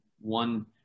one